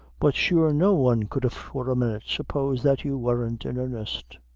but sure no one could for a minute suppose that you weren't in earnest.